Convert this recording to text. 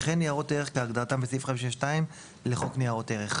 וכן וניירות ערך כהגדרתם בסעיף 52 לחוק ניירות ערך.".